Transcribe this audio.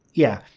yeah,